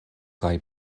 kaj